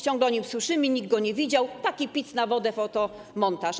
Ciągle o nim słyszymy, nikt go nie widział, taki pic na wodę, fotomontaż.